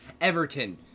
Everton